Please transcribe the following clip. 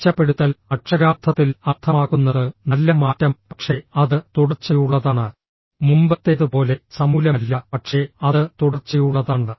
മെച്ചപ്പെടുത്തൽ അക്ഷരാർത്ഥത്തിൽ അർത്ഥമാക്കുന്നത് നല്ല മാറ്റം പക്ഷേ അത് തുടർച്ചയുള്ളതാണ് മുമ്പത്തേത് പോലെ സമൂലമല്ല പക്ഷേ അത് തുടർച്ചയുള്ളതാണ്